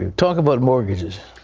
talk about mortgages.